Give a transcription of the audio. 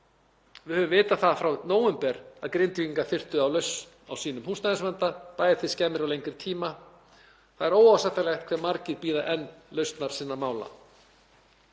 Við höfum vitað það frá nóvember að Grindvíkingar þyrftu lausn á sínum húsnæðisvanda, bæði til skemmri og lengri tíma. Það er óásættanlegt hve margir bíða enn lausnar sinna mála.